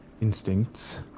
instincts